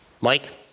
Mike